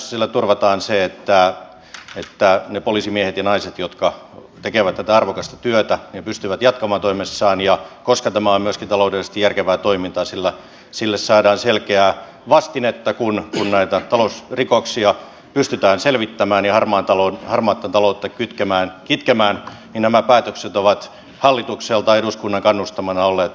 sillä turvataan se että ne poliisimiehet ja naiset jotka tekevät tätä arvokasta työtä pystyvät jatkamaan toimessaan ja koska tämä on myöskin taloudellisesti järkevää toimintaa sille saadaan selkeää vastinetta kun näitä talousrikoksia pystytään selvittämään ja harmaata taloutta kitkemään niin nämä päätökset ovat hallitukselta eduskunnan kannustamana olleet oikein hyviä